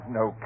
no